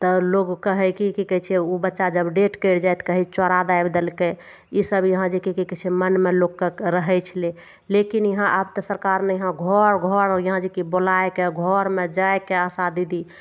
तऽ लोग कहय की कि कहय छै उ बच्चा जब डेथ करि जाइ तऽ कहय चौरा दाबि देलकय इसब यहाँ जे कि कि कहय छै मनमे लोकके रहय छलय लेकिन यहाँ आब तऽ सरकार ने यहाँ घर हर यहाँ जे कि बोलायके घरमे जाइके आशा दीदी